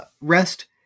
Rest